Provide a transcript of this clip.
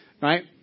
right